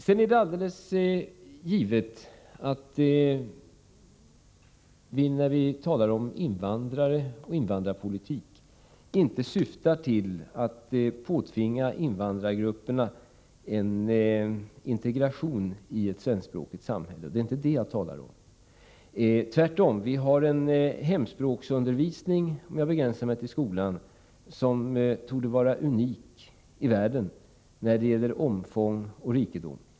Sedan är det alldeles givet att vi när vi talar om invandrare och invandrarpolitik inte syftar till att påtvinga invandrargrupperna en integration i ett svenskspråkigt samhälle. Det är inte det jag talar om. Vi har tvärtom en hemspråksundervisning — om jag begränsar mig till skolan — som torde vara unik i världen när det gäller omfång och rikedom.